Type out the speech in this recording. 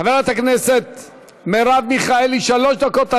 חברת הכנסת מרב מיכאלי, שלוש דקות.